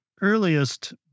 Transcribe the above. earliest